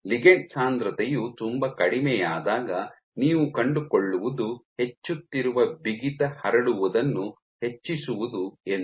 ligand ಸಾಂದ್ರತೆಯು ತುಂಬಾ ಕಡಿಮೆಯಾದಾಗ ನೀವು ಕಂಡುಕೊಳ್ಳುವುದು ಹೆಚ್ಚುತ್ತಿರುವ ಬಿಗಿತ ಹರಡುವುದನ್ನು ಹೆಚ್ಚಿಸುವುದು ಎಂದು